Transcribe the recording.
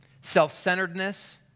Self-centeredness